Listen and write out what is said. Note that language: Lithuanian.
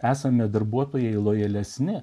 esame darbuotojai lojalesni